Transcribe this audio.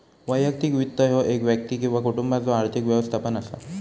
वैयक्तिक वित्त ह्यो एक व्यक्ती किंवा कुटुंबाचो आर्थिक व्यवस्थापन असा